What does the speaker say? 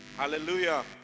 Hallelujah